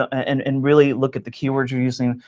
ah and and really look at the keywords you're using.